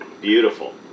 Beautiful